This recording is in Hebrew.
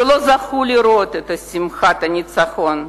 שלא זכו לראות את שמחת הניצחון.